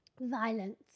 Violence